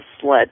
sled